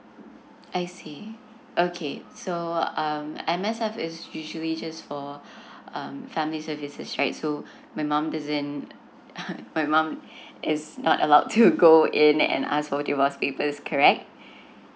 I see okay so um M_S_F is usually just for um family services right so my mum doesn't my mum is not allowed to go in and ask for divorce papers correct